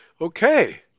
Okay